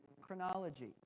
chronology